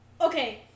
okay